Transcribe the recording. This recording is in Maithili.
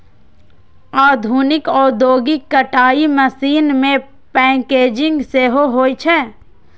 आधुनिक औद्योगिक कताइ मशीन मे पैकेजिंग सेहो होइ छै